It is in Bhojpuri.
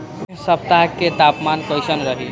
एह सप्ताह के तापमान कईसन रही?